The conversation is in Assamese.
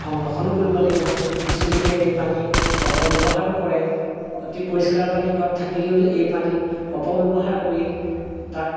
সংৰক্ষণো কৰিব লাগিব কিছু লোকে এই পানী অপব্যৱহাৰো কৰে অতি পৰিষ্কাৰ পানী ঘৰত থাকিলেও এই পানী অপব্যৱহাৰ কৰি তাক